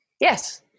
Yes